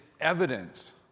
evidence